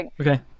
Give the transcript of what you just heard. Okay